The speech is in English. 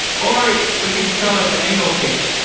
or we can just call it the anal cake